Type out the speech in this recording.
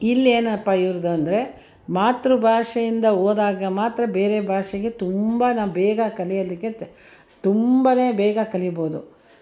ಇಲ್ಲಿ ಏನಪ್ಪ ಇವ್ರದ್ದು ಅಂದರೆ ಮಾತೃ ಭಾಷೆಯಿಂದ ಹೋದಾಗ ಮಾತ್ರ ಬೇರೆ ಭಾಷೆಗೆ ತುಂಬ ನಾವು ಬೇಗ ಕಲಿಯೋದಕ್ಕೆ ತ್ ತುಂಬನೆ ಬೇಗ ಕಲಿಬೋದು